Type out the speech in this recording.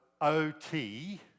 OT